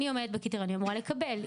אם אני עומדת בקריטריונים, אמורה לקבל.